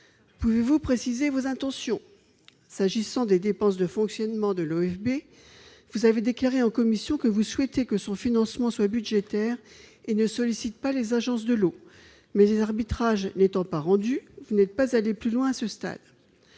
Pouvez-vous préciser vos intentions ? En ce qui concerne les dépenses de fonctionnement de l'OFB, vous avez déclaré en commission souhaiter que son financement soit budgétaire et ne sollicite pas les agences de l'eau. Toutefois, les arbitrages n'étant pas rendus, vous n'êtes pas allée plus loin à ce stade.